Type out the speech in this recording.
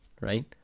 right